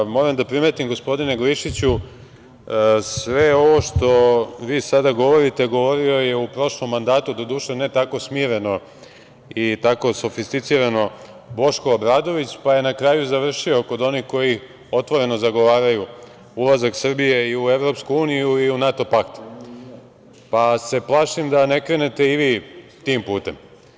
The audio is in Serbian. Moram da primetim gospodine Glišiću, sve ovo što vi sada govorite govorio je u prošlom mandatu, doduše, ne tako smireno i tako sofisticirano, Boško Obradović, pa je na kraju završio kod onih koji otvoreno zagovaraju ulazak Srbije i u EU i u NATO pakt, pa se plašim da ne krenete i vi tim putem.